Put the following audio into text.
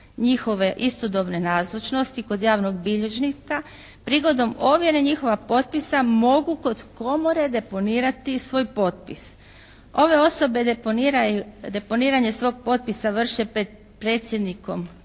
njihove istodobne nazočnosti kod javnog bilježnika prigodom ovjere njihova potpisa mogu kod komore deponirati svoj potpis. Ove osobe deponiranje svog potpisa vrše pred predsjednikom komore